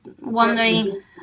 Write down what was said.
wondering